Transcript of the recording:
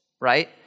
right